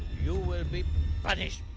you will be punished